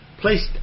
placed